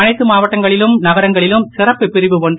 அனைத்து மாவட்டங்களிலும் நகரங்களிலும் சிறப்பு பிரிவு ஒன்று